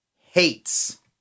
hates